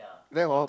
then hor